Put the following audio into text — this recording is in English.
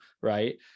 Right